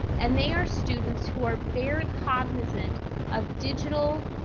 and, they are students who are very cognizant of digital,